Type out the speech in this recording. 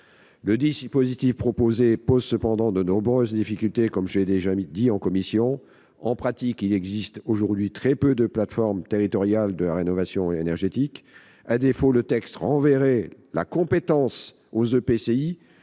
Le dispositif proposé pose cependant de nombreuses difficultés, comme je l'ai déjà dit en commission. En pratique, il existe aujourd'hui très peu de plateformes territoriales de la rénovation énergétique. À défaut, le texte renverrait la compétence aux EPCI